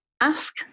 ask